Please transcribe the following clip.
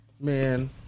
Man